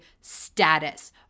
status